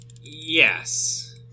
Yes